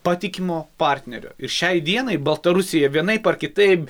patikimo partnerio ir šiai dienai baltarusija vienaip ar kitaip